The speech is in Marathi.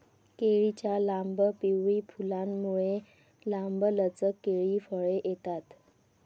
केळीच्या लांब, पिवळी फुलांमुळे, लांबलचक केळी फळे येतात